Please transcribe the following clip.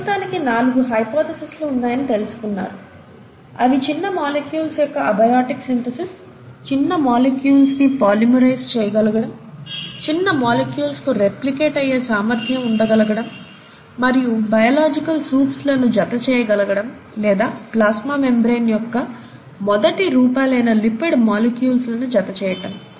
ప్రస్తుతానికి నాలుగు హైపోథసిస్లు ఉన్నాయని తెలుసుకున్నారు అవి చిన్న మొలిక్యూల్స్ యొక్క అబయోటిక్ సింథసిస్ చిన్న మాలిక్యూల్స్ ని పాలిమరైజ్ చేయగలగడం చిన్న మాలిక్యూల్స్ కు రెప్లికేట్ అయ్యే సామర్ధ్యం ఉండగలగడం మరియు బయలాజికల్ సూప్స్ లను జత చేయగలగడం లేదా ప్లాస్మా మెంబ్రేన్ యొక్క మొదటి రూపాలైన లిపిడ్ మాలిక్యూల్స్ లను జత చేయటం